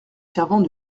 servant